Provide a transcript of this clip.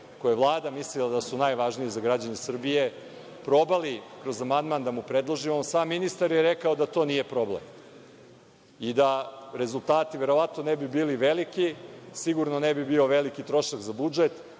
koji je Vlada mislila da je najvažniji za građane Srbije, probali kroz amandman da mu predložimo, sam ministar je rekao da to nije problem i da rezultati verovatno ne bi bili veliki, sigurno ne bi bio veliki trošak za budžet,